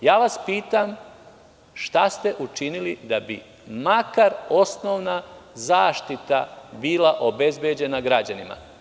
Pitam vas, šta ste učinili da bi makar osnovna zaštita bila obezbeđena građanima?